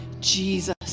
Jesus